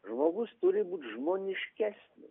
žmogus turi būti žmoniškesnis